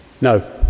No